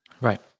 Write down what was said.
Right